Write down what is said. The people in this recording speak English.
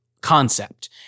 concept